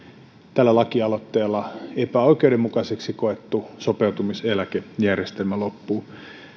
tällä lakialoitteella epäoikeudenmukaiseksi koettu sopeutumiseläkejärjestelmä loppuu